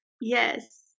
Yes